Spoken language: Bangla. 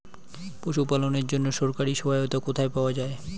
পশু পালনের জন্য সরকারি সহায়তা কোথায় পাওয়া যায়?